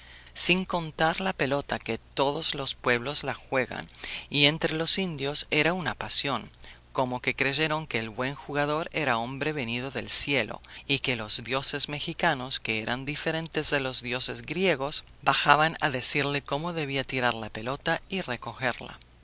sin contar la pelota que todas los pueblos la juegan y entre los indios era una pasión como que creyeron que el buen jugador era hombre venido del ciclo y que los dioses mexicanos que eran diferentes de los dioses griegos bajaban a decirle cómo debía tirar la pelota y recogerla